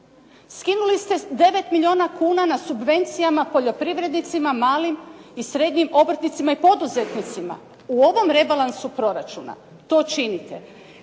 Skinuli ste 9 milijuna kuna na subvencijama poljoprivrednicima malim i srednjim obrtnicima i poduzetnicima u ovom rebalansu proračuna to činite.